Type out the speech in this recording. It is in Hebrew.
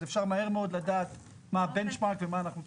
אז אפשר מהר מאוד לדעת מה ה-bench mark ומה אנחנו צריכים.